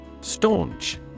Staunch